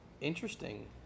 interesting